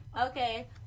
okay